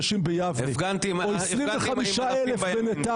תעמוד עם 2,500 אנשים ביבנה, או 25,000 בנתניה.